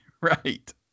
right